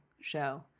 show